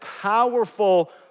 powerful